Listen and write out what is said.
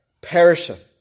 Perisheth